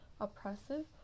oppressive